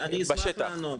אני אשמח לענות.